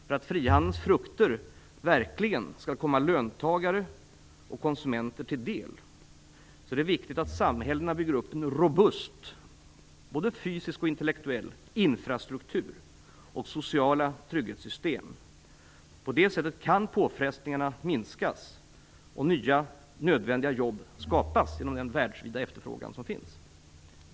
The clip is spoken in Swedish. För att frihandelns frukter verkligen skall komma löntagare och konsumenter till del är det viktigt att samhällena bygger upp en robust - såväl fysisk som intellektuell - infrastruktur och sociala trygghetssystem. På det sättet kan påfrestningarna minskas och nya nödvändiga jobb skapas genom den världsvida efterfrågan som finns.